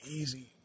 easy